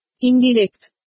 Indirect